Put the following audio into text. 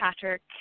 Patrick